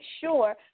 sure